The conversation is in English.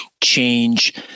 change